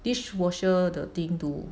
dishwasher the thing to